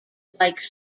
like